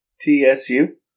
T-S-U